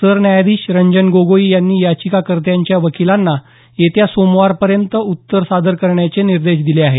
सरन्यायाधीश रंजन गोगोई यांनी याचिकाकर्त्यांच्या वकिलांना येत्या सोमवारपर्यंत उत्तर सादर करण्याचे निर्देश दिले आहेत